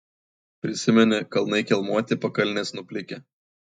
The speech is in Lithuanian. prisimeni kalnai kelmuoti pakalnės nuplikę